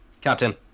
Captain